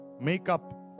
makeup